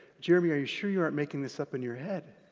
jeromy, are you sure you aren't making this up in your head?